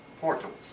portals